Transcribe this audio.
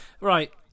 Right